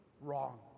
wrong